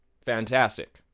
Fantastic